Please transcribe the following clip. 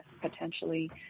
potentially